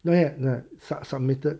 对 ah 那 sub~ submitted